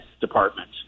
department